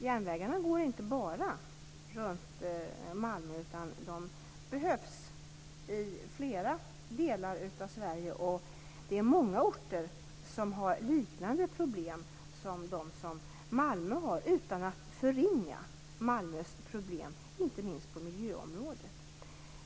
Järnvägarna går inte bara runt Malmö, utan de behövs i flera delar av Sverige. Det är många orter som har liknande problem som de som Malmö har, utan att förringa Malmös problem, inte minst på miljöområdet.